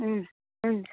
उम् हुन्छ